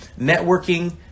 networking